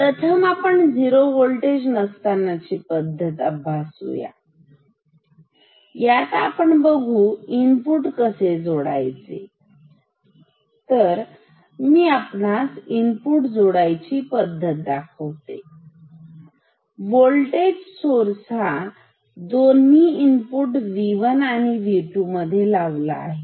तर प्रथम आपण झिरो व्होल्टेज नसताना ची पद्धत अभ्यासू यात आपण बघू इनपुट कसे जोडायचे तर मी आपणास इनपुट जोडण्याची पद्धत दाखवते व्होल्टेज स्त्रोत हा दोन्ही इनपुट V1 आणि V2 मध्ये लावला आहे